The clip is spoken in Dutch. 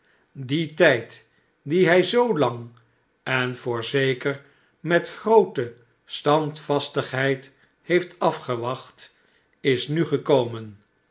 die tijd dien hij zoolang en voorzeker met groote standvastigheid heeft afgewacht is nu gekomen